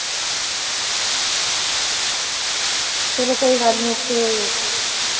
चलो कोई गल्ल नी इक